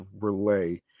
Relay